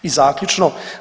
I zaključno.